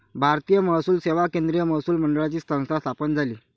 भारतीय महसूल सेवा केंद्रीय महसूल मंडळाची संस्था स्थापन झाली